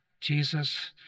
Jesus